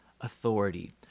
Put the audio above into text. authority